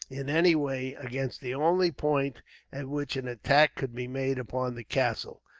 in any way, against the only point at which an attack could be made upon the castle.